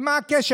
ומה הקשר?